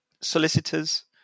solicitors